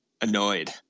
annoyed